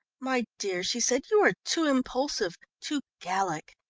my dear, she said, you are too impulsive too gallic.